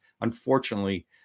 unfortunately